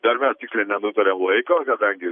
dar mes tiksliai nenutarėm laiko kadangi